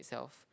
itself